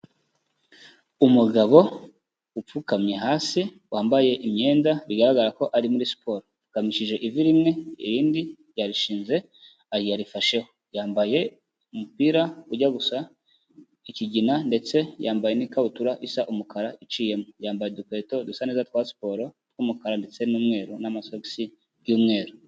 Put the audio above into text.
Umugabo upfukamye hasi wambaye imyenda bigaragara ko ari muri siporo apfukamishije ivi rimwe, irindi yarishinze yarifasheho. Yambaye umupira ujya gusa ikigina ndetse yambaye n'ikabutura isa umukara iciyemo. Yambaye udukweto dusa neza twa siporo tw'umukara ndetse n'umweru n'amasogisi y'umweru.